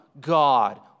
God